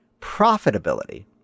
profitability